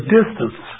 distance